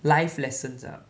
life lessons ah